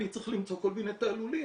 אני צריך למצוא כל מיני תעלולים.